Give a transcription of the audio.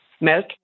milk